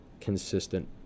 consistent